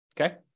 Okay